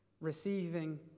receiving